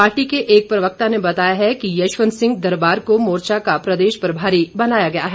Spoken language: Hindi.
पार्टी के एक प्रवक्ता ने बताया है कि यशवंत सिंह दरबार को मोर्चा का प्रदेश प्रभारी बनाया गया है